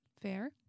Fair